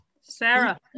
Sarah